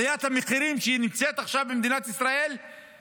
עליית המחירים שנמצאת עכשיו במדינת ישראל היא